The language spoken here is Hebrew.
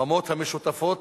במות המשותפות